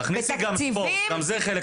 תכניסי גם ספורט גם זה חלק מהחיים.